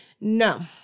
no